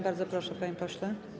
Bardzo proszę, panie pośle.